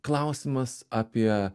klausimas apie